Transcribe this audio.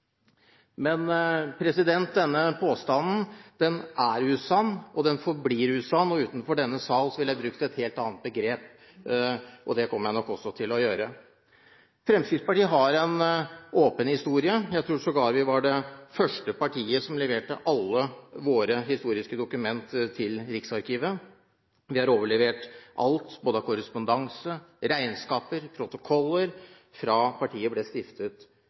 Men denne påstanden er usann, og den forblir usann. Utenfor denne sal ville jeg brukt et helt annet begrep, og det kommer jeg nok også til å gjøre. Fremskrittspartiet har en åpen historie. Jeg tror sågar vi var det første partiet som leverte alle våre historiske dokumenter til Riksarkivet. Vi har overlevert alt, både korrespondanse, regnskaper og protokoller, fra partiet ble stiftet